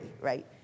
right